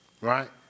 Right